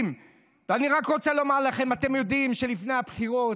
ואני רק רוצה לומר לכם: אתם יודעים שלפני הבחירות,